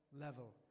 level